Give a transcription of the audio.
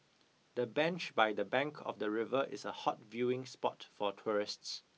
the bench by the bank of the river is a hot viewing spot for tourists